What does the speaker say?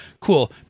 cool